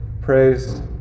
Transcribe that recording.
Praise